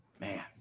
man